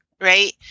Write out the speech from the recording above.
right